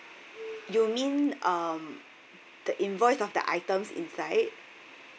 you mean um the invoice of the items inside